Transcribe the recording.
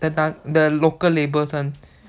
the local labels one